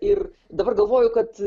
ir dabar galvoju kad